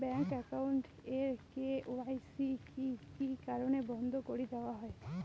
Bank account এর KYC কি কি কারণে বন্ধ করি দেওয়া হয়?